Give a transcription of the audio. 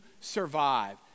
survive